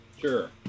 Sure